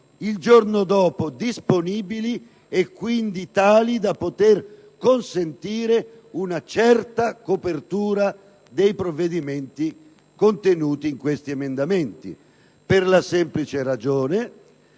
dal giorno dopo e, quindi, tali da poter consentire una certa copertura dei provvedimenti contenuti in questi emendamenti. La ragione